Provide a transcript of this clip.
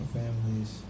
families